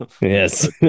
yes